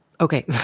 Okay